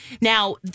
now